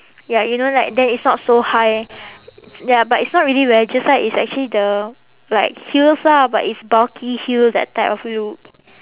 ya you know like then it's not so high ya but it's not really wedges ah it's actually the like heels lah but it's bulky heel that type of look